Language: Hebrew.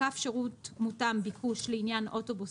"קו שירות מותאם ביקוש" לעניין אוטובוס